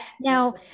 Now